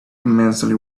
immensely